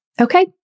Okay